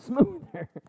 smoother